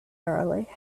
early